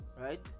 Right